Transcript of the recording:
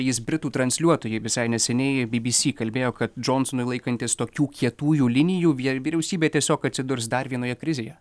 jis britų transliuotojui visai neseniai bbc kalbėjo kad džonsonui laikantis tokių kietųjų linijų vie vyriausybė tiesiog atsidurs dar vienoje krizėje